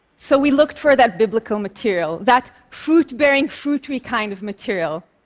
so we looked for that biblical material, that fruit-bearing fruit tree kind of material,